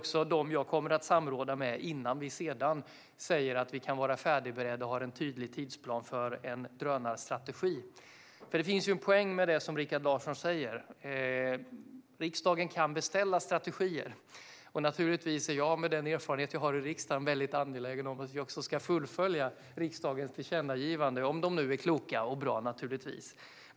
Det är dem jag kommer att samråda med innan vi sedan säger att vi är färdigberedda och har en tydlig tidsplan för en drönarstrategi. Det finns en poäng med det som Rikard Larsson säger. Riksdagen kan beställa strategier, och naturligtvis är jag med min erfarenhet från riksdagen väldigt angelägen om att vi också ska fullfölja riksdagens tillkännagivanden om de är kloka och bra.